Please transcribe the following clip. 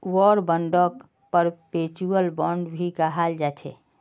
war बांडक perpetual bond भी कहाल जाछे